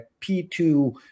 P2